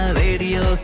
radio